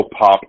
pop